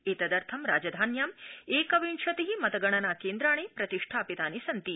एतदर्थं राजनधान्यां एकविंशति मतगणना केन्द्राणि प्रतिष्ठापितानि सन्ति